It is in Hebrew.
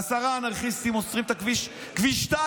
עשרה אנרכיסטים עוצרים את כביש 2,